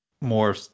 more